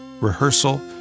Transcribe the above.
rehearsal